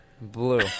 Blue